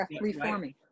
Reforming